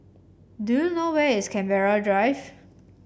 do you know where is Canberra Drive